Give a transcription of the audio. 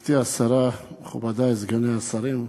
אדוני היושב-ראש, גברתי השרה, מכובדי סגני השרים,